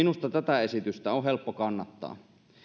minusta tätä esitystä on helppo kannattaa